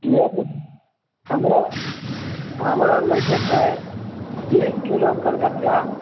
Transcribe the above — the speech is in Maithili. किआ देबै हमरा हमरा लै के छै बीस किलो कलकतिआ